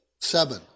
seven